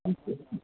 अछा